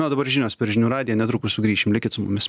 na o dabar žinios per žinių radiją netrukus sugrįšim likit su mumis